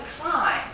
climb